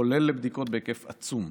כולל בדיקות בהיקף עצום.